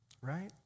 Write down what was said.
Right